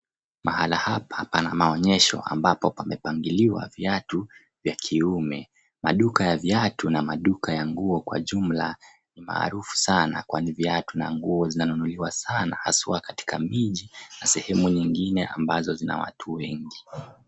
Mahala hapa pana maonyesho ambapo pamepangiliwa viatu vya kiume. Maduka ya viatu na maduka ya nguo kwa jumla maarufu sana kwani viatu na nguo zinanunuliwa sana haswa katika miji na sehemu nyingine ambazo zina watu wengi.